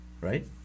Right